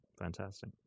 Fantastic